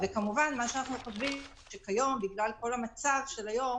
כמובן אנחנו חושבים שבגלל כל המצב היום